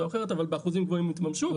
או אחרת אבל באחוזים גבוהים הם יתממשו,